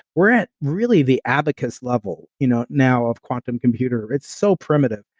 we're at really the abacus level you know now of quantum computer it's so primitive,